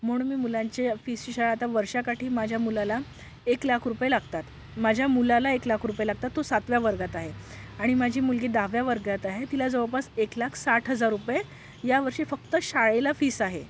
म्हणून मी मुलांचे फीसची शाळा आता वर्षाकाठी माझ्या मुलाला एक लाख रुपये लागतात माझ्या मुलाला एक लाख रुपये लागतात तो सातव्या वर्गात आहे आणि माझी मुलगी दहाव्या वर्गात आहे तिला जवळपास एक लाख साठ हजार रुपये या वर्षी फक्त शाळेला फीस आहे